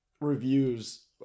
reviews